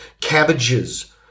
cabbages